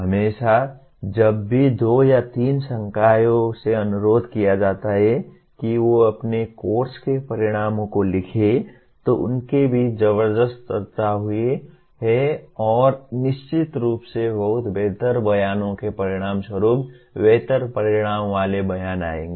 हमेशा जब भी दो या तीन संकायों से अनुरोध किया जाता है कि वे अपने कोर्स के परिणामों को लिखें तो उनके बीच जबरदस्त चर्चा हुई है और निश्चित रूप से बहुत बेहतर बयानों के परिणामस्वरूप बेहतर परिणाम वाले बयान आएंगे